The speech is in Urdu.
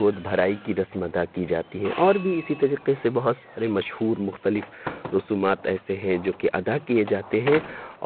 گود بھرائی کی رسم ادا کی جاتی ہے اور بھی اسی طریقے سے بہت سارے مشہور مختلف رسومات ایسے ہیں جوکہ ادا کیے جاتے ہیں